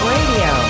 Radio